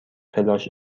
فلاش